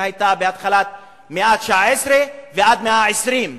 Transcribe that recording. שהיתה בתחילת המאה ה-19 ועד המאה ה-20.